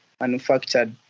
manufactured